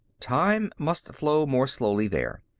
time must flow more slowly there.